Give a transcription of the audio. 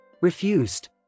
refused